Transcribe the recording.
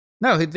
No